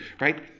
right